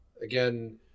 Again